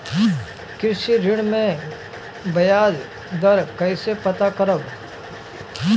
कृषि ऋण में बयाज दर कइसे पता करब?